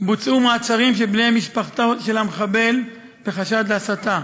בוצעו מעצרים של בני משפחתו של המחבל בחשד להסתה,